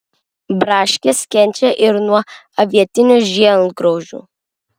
braškės kenčia ir nuo avietinių žiedgraužių